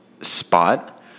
spot